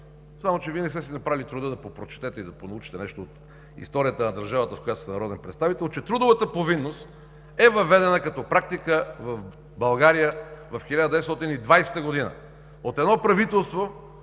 само че Вие не сте си направили труда да попрочетете и да понаучите нещо от историята на държавата, в която сте народен представител, че трудовата повинност е въведена като практика в България през 1920 г. от едно правителство,